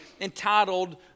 entitled